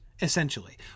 essentially